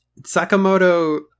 Sakamoto